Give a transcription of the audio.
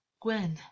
Gwen